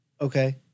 Okay